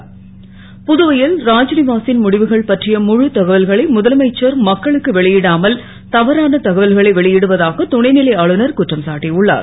் புதுவை ல் ராஜ் வாசின் முடிவுகள் பற்றிய முழுத் தகவல்களை முதலமைச்சர் மக்களுக்கு வெளி டாமல் தவறான தகவல்களை வெளி டுவதாக துணை லை ஆளுநர் குற்றம் சாட்டியுள்ளார்